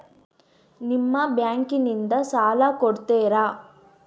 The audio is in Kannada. ನಿಮ್ಮ ಬ್ಯಾಂಕಿನಿಂದ ಸಾಲ ಕೊಡ್ತೇರಾ?